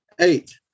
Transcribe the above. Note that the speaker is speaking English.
Eight